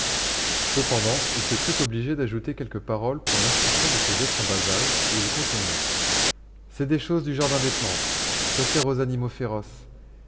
cependant il se crut obligé d'ajouter quelques paroles pour l'instruction de ces êtres en bas âge et il continua c'est des choses du jardin des plantes ça sert aux animaux féroces